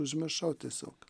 užmiršau tiesiog